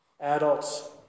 Adults